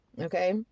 Okay